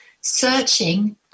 searching